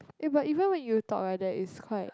eh but even when you talk ah there's quite